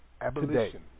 Abolition